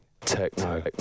Techno